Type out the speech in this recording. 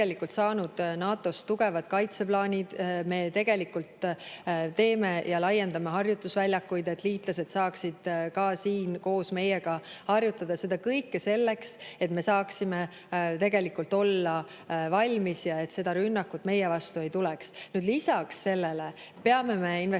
saanud NATO‑s tugevad kaitseplaanid. Me teeme ja laiendame harjutusväljakuid, et liitlased saaksid ka siin koos meiega harjutada. Seda kõike selleks, et me saaksime olla valmis ja et seda rünnakut meie vastu ei tuleks. Lisaks sellele peame me investeerima